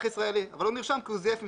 ישראלי אבל הוא נרשם כי הוא זייף מסמכים.